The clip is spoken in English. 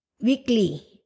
weekly